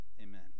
Amen